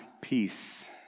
peace